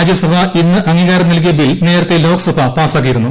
രാജ്യസഭ ഇന്ന് അംഗീകാരം നൽകിയ ബിൽ നേരത്തെ ലോക്സഭ പാസാക്കിയിരുന്നു